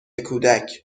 کودک